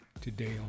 today